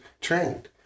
trained